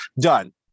done